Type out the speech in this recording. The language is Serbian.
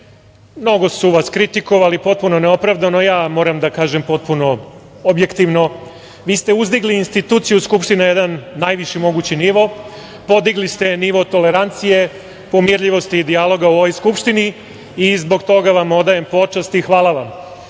mnogo su vas kritikovali, potpuno neopravdano. Ja moram da kažem, potpuno objektivno, vi ste uzdigli instituciju Skupštine na najviši mogući nivo, podigli ste nivo tolerancije, pomirljivosti i dijaloga u ovoj Skupštini i zbog toga vam odajem počast i hvala